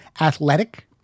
Athletic